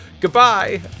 Goodbye